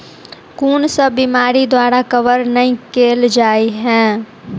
कुन सब बीमारि द्वारा कवर नहि केल जाय है?